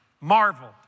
Marvel